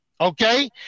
okay